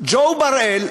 ג'ו בראל,